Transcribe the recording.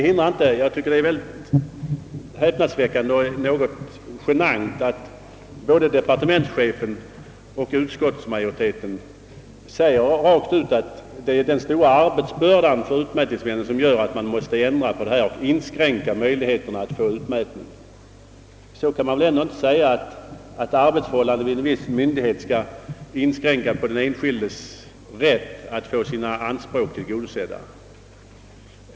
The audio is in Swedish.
Likväl är det häpnadsväckande och något genant att både departementschefen och utskottsmajoriteten rakt ut säger att det är den stora arbetsbördan för utmätningsmännen som gör att man måste inskränka på möjligheterna att erhålla utmätning. Dessa arbetsförhållanden bör inte få inskränka på den enskildes rätt att få sina anspråk tillgodosedda.